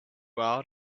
out